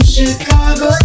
Chicago